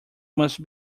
must